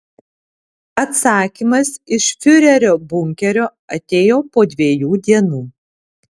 atsakymas iš fiurerio bunkerio atėjo po dviejų dienų